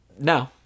No